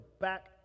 back